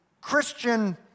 Christian